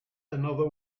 another